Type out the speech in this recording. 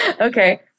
okay